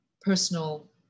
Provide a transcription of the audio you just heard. personal